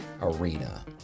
arena